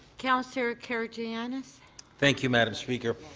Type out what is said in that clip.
councillor karygiannis thank you, madame speaker.